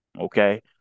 Okay